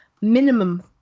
minimum